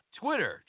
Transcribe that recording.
twitter